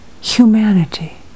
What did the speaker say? humanity